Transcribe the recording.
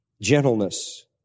gentleness